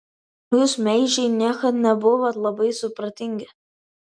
jūs meižiai niekad nebuvot labai supratingi